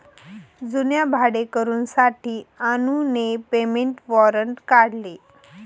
जुन्या भाडेकरूंसाठी अनुने पेमेंट वॉरंट काढले